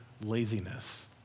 laziness